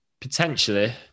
potentially